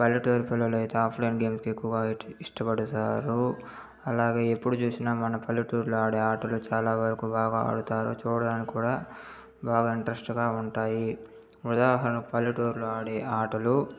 పల్లెటూరి పిల్లలు అయితే ఆఫ్లైన్ గేమ్సుకి ఎక్కువ ఇష్ట్ ఇష్టపడేశారు అలాగే ఎప్పుడు చూసిన మన పల్లెటూరిలో ఆడే ఆటలు చాలావరకు బాగా ఆడతారు చూడాలని కూడా బాగా ఇంట్రెస్టుగా ఉంటాయి ఉదాహరణకి పల్లెటూరిలో ఆడే ఆటలు